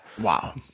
Wow